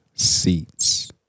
seats